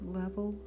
level